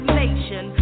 nation